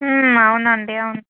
అవునండి అవును